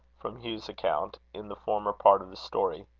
from hugh's account, in the former part of the story.